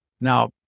Now